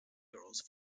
girls